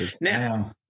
Now